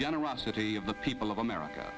generosity of the people of america